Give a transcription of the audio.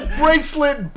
bracelet